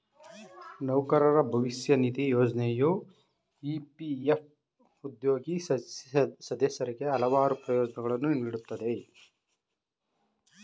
ನೌಕರರ ಭವಿಷ್ಯ ನಿಧಿ ಯೋಜ್ನೆಯು ಇ.ಪಿ.ಎಫ್ ಉದ್ಯೋಗಿ ಸದಸ್ಯರಿಗೆ ಹಲವಾರು ಪ್ರಯೋಜ್ನಗಳನ್ನ ನೀಡುತ್ತೆ